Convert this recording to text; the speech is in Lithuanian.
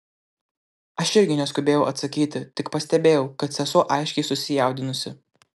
aš irgi neskubėjau atsakyti tik pastebėjau kad sesuo aiškiai susijaudinusi